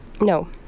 No